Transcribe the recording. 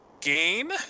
game